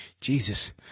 Jesus